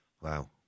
Wow